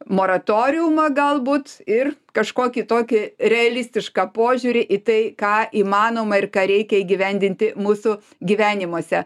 moratoriumą galbūt ir kažkokį tokį realistišką požiūrį į tai ką įmanoma ir ką reikia įgyvendinti mūsų gyvenimuose